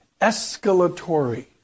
Escalatory